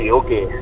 okay